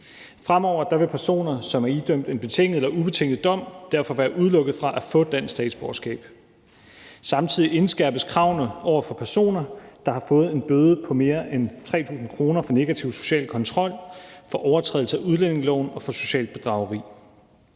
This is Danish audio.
Fremover vil personer, som er idømt en betinget eller ubetinget dom, derfor være udelukket fra at få dansk statsborgerskab. Samtidig indskærpes kravene over for personer, der har fået en bøde på mere end 3.000 kr. for negativ social kontrol, for overtrædelse af udlændingeloven og for socialt bedrageri.